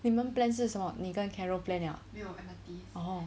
你们 plan 是什么你跟 carol plan ah